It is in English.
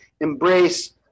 embrace